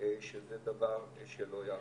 שזה דבר שלא ייעשה.